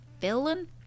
villain